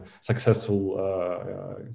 successful